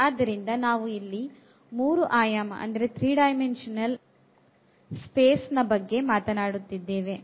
ಆದ್ದರಿಂದ ನಾವು ಇಲ್ಲಿ 3 ಆಯಾಮದ ಒಂದು ವ್ಯೋಮspace ದ ಬಗ್ಗೆ ಮಾತನಾಡುತ್ತಿದ್ದೇವೆ